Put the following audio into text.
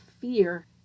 fear